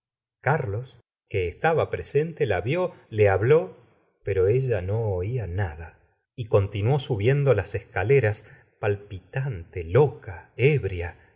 carlos que estaba presente la vió le habló pe ro ella no oía nada y continuó subiendo las escaleras palpitante loca ébria